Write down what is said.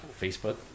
Facebook